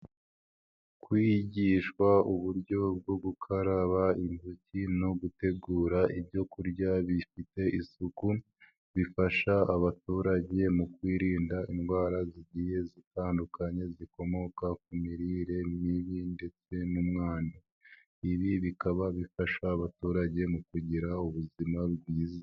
Kwigishwa uburyo bwo gukaraba intoki no gutegura ibyo kurya bifite isuku bifasha abaturage mu kwirinda indwara zigiye zitandukanye zikomoka ku mirire mibi ndetse n'umwanda, ibi bikaba bifasha abaturage mu kugira ubuzima bwiza.